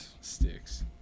Sticks